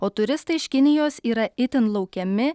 o turistai iš kinijos yra itin laukiami